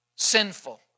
Sinful